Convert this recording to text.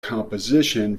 composition